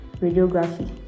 radiography